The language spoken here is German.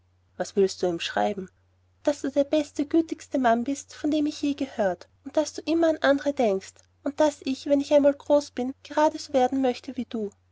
was wirst du ihm schreiben daß du der beste gütigste mann bist von dem ich je gehört und daß du immer an andre denkst und daß ich wenn ich einmal groß bin gerade so werden möchte wie du